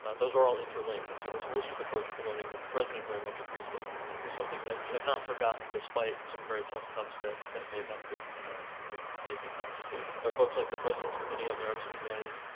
ah those are all interlinked, and so this holistic approach to learning that the president very much agrees with is something that we have not forgotten despite some very tough cuts that that may have had to been been made in the past. there are folks like the president's committee on the arts and humanities,